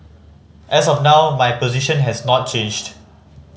as of now my position has not changed